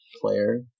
player